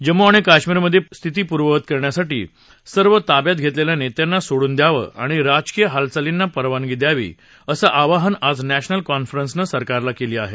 जम्मू आणि काश्मिरमध्ये स्थिती पूर्ववत करण्यासाठी ताब्यात घेतलेल्या सर्व नेत्यांना सोडून द्यावं आणि राजकीय हालचालींना परवानगी द्यावी असं आवाहन आज नॅशनल कॉन्फरन्सनं सरकारला केलं आहे